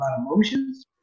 emotions